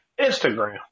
Instagram